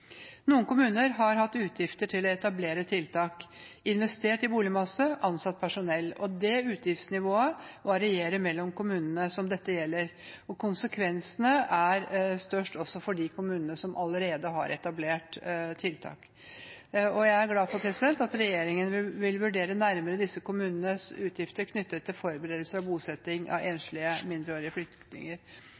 har hatt utgifter til å etablere tiltak, investert i boligmasse og ansatt personell. Det utgiftsnivået varierer mellom kommunene som dette gjelder. Konsekvensene er størst for de kommunene som allerede har etablert tiltak. Jeg er glad for at regjeringen vil vurdere nærmere disse kommunenes utgifter knyttet til forberedelse av bosetting av enslige mindreårige flyktninger.